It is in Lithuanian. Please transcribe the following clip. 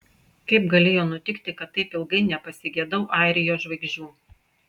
kaip galėjo nutikti kad taip ilgai nepasigedau airijos žvaigždžių